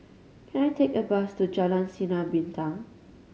can I take a bus to Jalan Sinar Bintang